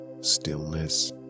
stillness